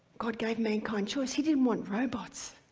god gave mankind choice. he didn't want robots.